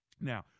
Now